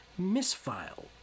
misfile